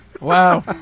Wow